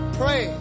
pray